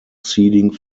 seeding